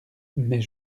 mais